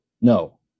No